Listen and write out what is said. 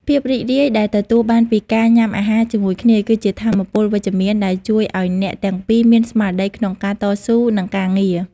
ភាពរីករាយដែលទទួលបានពីការញ៉ាំអាហារជាមួយគ្នា គឺជាថាមពលវិជ្ជមានដែលជួយឱ្យអ្នកទាំងពីរមានស្មារតីល្អក្នុងការតស៊ូនឹងការងារ។